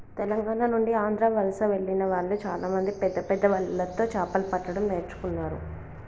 తెలంగాణ నుండి ఆంధ్ర వలస వెళ్లిన వాళ్ళు చాలామంది పెద్దపెద్ద వలలతో చాపలు పట్టడం నేర్చుకున్నారు